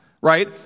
right